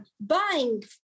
buying